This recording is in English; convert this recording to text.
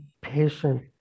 patient